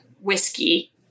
whiskey